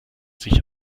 sich